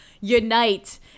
unite